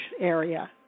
area